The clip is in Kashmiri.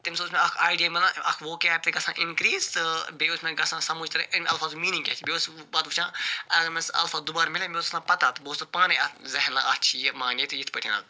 تَمہ سۭتۍ اوس مےٚ اکھ آیڈیا مِلان اکھ ووکیب تہِ گَژھان اِنکرٛیٖز تہٕ بیٚیہِ اوس مےٚ گَژھان سمجھ تران اَمہ الفاظُک میٖنِنٛگ کیٛاہ چھُ بیٚیہِ اوس وۄنۍ پَتہٕ وٕچھان اگر مےٚ سُہ الفاظ دُبار مِلہِ ہا مےٚ اوس آسان پتَہ تہٕ بہٕ اوسُس پانَے اَتھ اَتھ چھِ یہِ معنی تہِ یِتھ پٲٹھۍ